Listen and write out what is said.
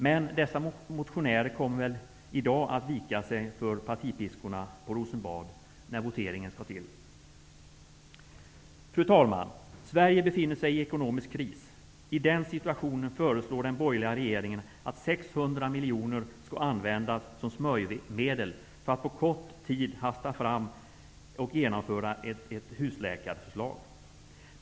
Men dessa motionärer kommer väl i dag att vika sig för partpiskorna på Rosenbad, när voteringen skall genomföras. Fru talman! Sverige befinner sig i ekonomisk kris. I den situationen föreslår den borgerliga regeringen att 600 miljoner skall användas som smörjmedel för att på kort tid hasta fram genomförandet av ett husläkarförslag.